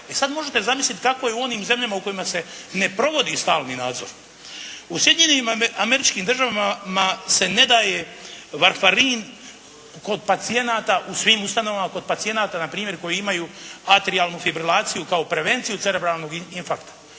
e sad možete zamisliti kako je u onim zemljama u kojima se ne provodi stalni nadzor. U Sjedinjenim Američkim Državama se ne daje Varfarin kod pacijenata, u svim ustanovama kod pacijenata na primjer koji imaju atrijalnu fibrilaciju kao prevenciju cerebralnog infarkta.